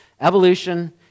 Evolution